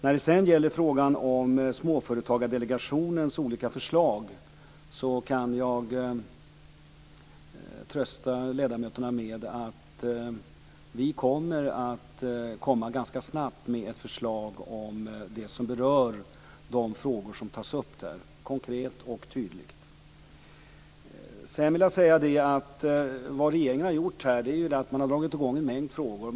När det sedan gäller frågan om Småföretagsdelegationens olika förslag kan jag trösta ledamöterna med att vi ganska snabbt kommer att komma med ett förslag som berör de frågor som tas upp där - konkret och tydligt. Sedan vill jag säga att vad regeringen har gjort här är att man har dragit i gång i en mängd frågor.